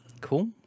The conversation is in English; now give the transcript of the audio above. cool